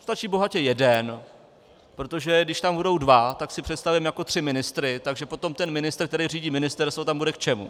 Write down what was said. Stačí bohatě jeden, protože když tam budou dva, tak si představím jako tři ministry, takže potom ten ministr, který řídí ministerstvo, tam bude k čemu?